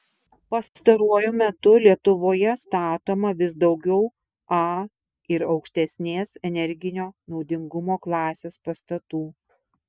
pastaruoju metu lietuvoje statoma vis daugiau a ir aukštesnės energinio naudingumo klasės pastatų